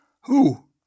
Who